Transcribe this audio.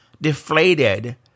deflated